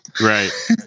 Right